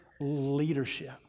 leadership